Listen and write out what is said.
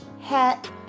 hat